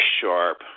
sharp